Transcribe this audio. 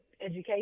education